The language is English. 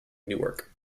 newark